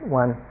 one